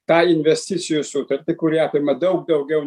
tą investicijų sutartį kuri apima daug daugiau